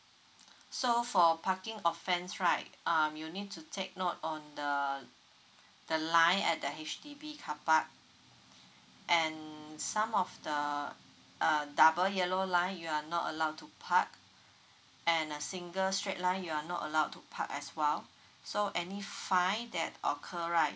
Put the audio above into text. so for parking offence right um you need to take note on the the line at the H_D_B car park and some of the uh double yellow line you are not allowed to park and a single straight line you are not allowed to park as well so any fine that occur right